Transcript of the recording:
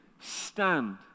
stand